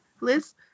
Liz